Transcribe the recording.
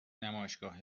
نمایشگاه